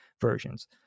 versions